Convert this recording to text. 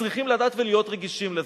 צריכים לדעת ולהיות רגישים לזה.